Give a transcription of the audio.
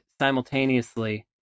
simultaneously